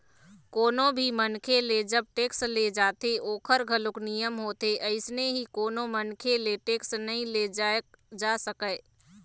कोनो भी मनखे ले जब टेक्स ले जाथे ओखर घलोक नियम होथे अइसने ही कोनो मनखे ले टेक्स नइ ले जाय जा सकय